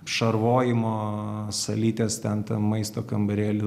šarvojimo salytės ten ten maisto kambarėlių